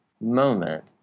moment